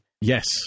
Yes